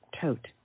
tote